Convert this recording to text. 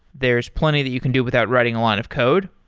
there's plenty that you can do without writing a lot of code,